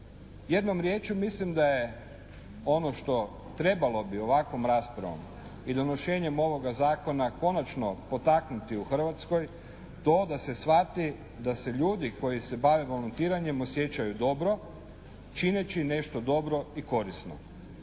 Jednom riječju mislim da je ono što, trebalo bi ovakvom raspravom i donošenjem ovoga zakona konačno potaknuti u Hrvatskoj to da se shvati da se ljudi koji se bave volontiranjem osjećaju dobro čineći nešto dobro i korisno.